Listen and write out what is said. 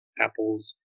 apples